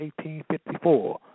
1854